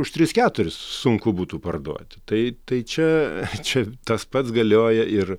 už tris keturis sunku būtų parduoti tai tai čia čia tas pats galioja ir